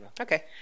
Okay